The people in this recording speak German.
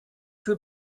für